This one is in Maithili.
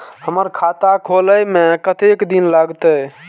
हमर खाता खोले में कतेक दिन लगते?